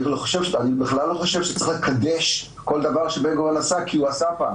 אני בכלל לא חושב שצריך לקדש כל דבר שבן-גוריון עשה כי הוא עשה פעם.